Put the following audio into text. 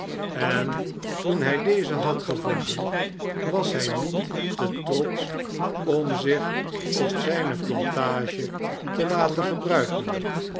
en toen hij dezen had gevonden was hij niet te trotsch om zicli op zijne plantage te laten gebruiken